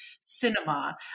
cinema